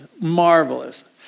marvelous